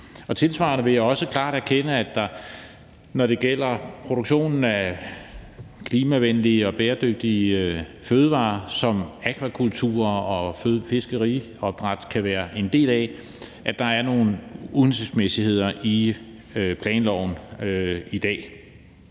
Tilsvarende vil jeg også klart erkende, at der, når det gælder produktionen af klimavenlige og bæredygtige fødevarer, som akvakultur og fiskeopdræt kan være en del af, er nogle uhensigtsmæssigheder i planloven i dag.